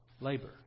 labor